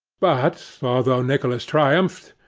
but although nicholas triumphed,